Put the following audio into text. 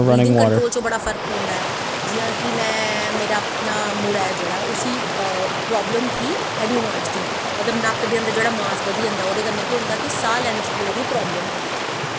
breathing control च बड़ा फर्क पौंदा ऐ जियां की मेरा अपना मुड़ा ऐ जेह्ड़ा उसी प्रॉब्लम ही एबडोनामिल दी मतलब की नक्क च जेह्ड़ा साह् बधी जंदा ते ओह्दे कन्नै केह् ऐ की साह् लैैने च प्रॉब्लम आंदी